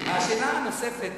השאלה הנוספת,